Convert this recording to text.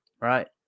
right